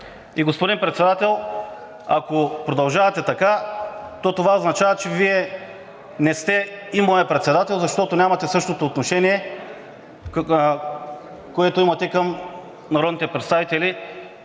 Господин Председател, ако продължавате така, то това означава, че Вие не сте моят председател, защото нямате същото отношение, което имате към народните представители